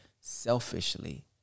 selfishly